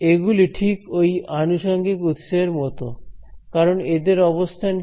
এগুলি ঠিক ঐ আনুষঙ্গিক উৎস গুলির মত কারণ এদের অবস্থান কি